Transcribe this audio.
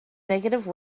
negative